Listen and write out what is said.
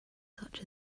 such